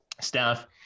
staff